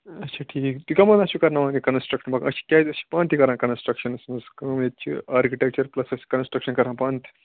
اچھا ٹھیٖک تُہۍ کَمن اَتھِ چھُو کرناون یہِ کنسٹرکٹ مکا أسۍ چھِ کیٛازِ أسۍ چھِ پانہٕ تہِ کَران کنسٹرکشنس منٛز کٲم ییٚتہِ چھِ آرِکِٹٮ۪کچر پٕلس أسۍ کنسٹرکشن کران پانہٕ تہِ